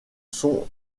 sont